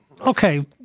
okay